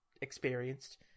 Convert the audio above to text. experienced